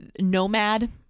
Nomad